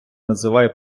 називає